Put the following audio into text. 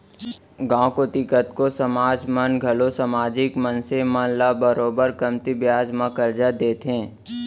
गॉंव कोती कतको समाज मन घलौ समाजिक मनसे मन ल बरोबर कमती बियाज म करजा देथे